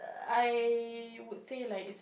I would say like it's